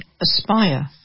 Aspire